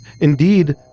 Indeed